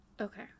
Okay